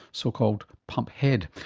so called pump head,